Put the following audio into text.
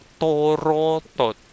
Torotot